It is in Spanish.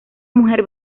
mujer